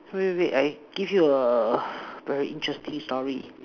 wait wait wait I give you a very interesting story